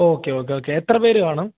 okay okay okay എത്ര പേര് കാണും